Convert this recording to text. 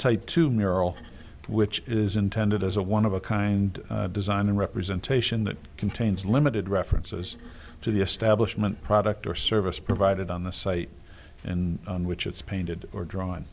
type two mural which is intended as a one of a kind design and representation that contains limited references to the establishment product or service provided on the site in which it's painted or drawn